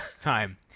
time